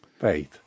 faith